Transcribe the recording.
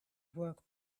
work